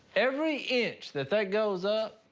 every inch that that goes up,